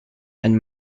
and